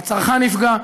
הצרכן נפגע,